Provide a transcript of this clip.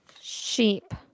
Sheep